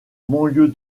banlieue